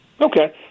Okay